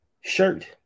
shirt